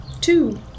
Two